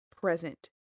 present